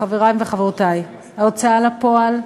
חברי וחברותי, ההוצאה לפועל,